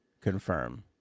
confirm